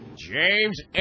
James